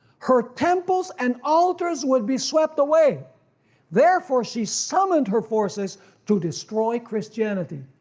her temples and altars would be swept away therefore she summoned her forces to destroy christianity.